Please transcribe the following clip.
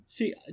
See